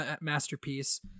masterpiece